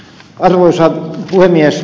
arvoisa puhemies